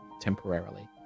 temporarily